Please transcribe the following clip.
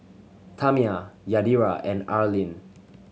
Tamya Yadira and Arlyne